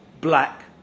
black